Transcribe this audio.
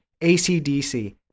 ACDC